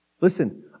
Listen